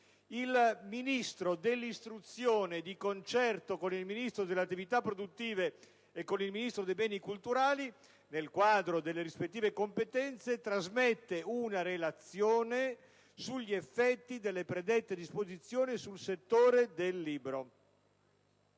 il Ministro dell'istruzione, di concerto con il Ministro delle attività produttive e con il Ministro dei beni culturali, nel quadro delle rispettive competenze, trasmette una relazione alle Camere sugli effetti delle predette disposizioni sul settore del libro».